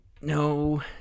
No